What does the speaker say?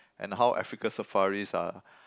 and how Africa safaris are